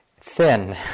thin